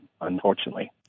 unfortunately